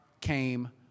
came